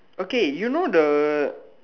okay you know the